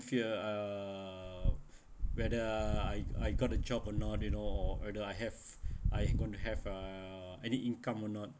fear uh whether I I got a job or not you know or do I have I ain't gonna have uh any income or not